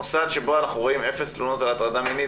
מוסד שבו אנחנו רואים אפס תלונות על הטרדה מינית,